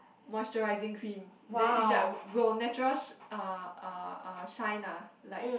moisturising cream then it's like will natural uh uh uh shine ah like